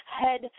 head